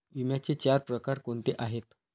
विम्याचे चार प्रकार कोणते आहेत?